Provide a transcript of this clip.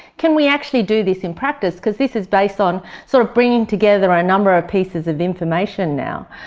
can we actually do this in practice, because this is based on sort of bringing together a number of pieces of information now.